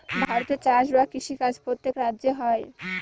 ভারতে চাষ বা কৃষি কাজ প্রত্যেক রাজ্যে হয়